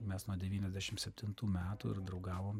mes nuo devyniasdešim septintų metų ir draugavom